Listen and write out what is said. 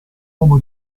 uomo